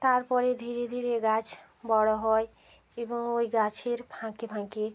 তার পরে ধীরে ধীরে গাছ বড় হয় এবং ওই গাছের ফাঁকে ফাঁকে